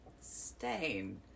stain